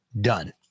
Done